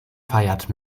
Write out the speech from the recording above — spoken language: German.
feiert